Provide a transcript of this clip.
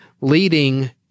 leading